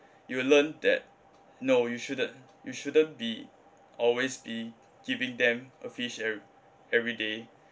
you will learn that no you shouldn't you shouldn't be always be giving them a fish every every day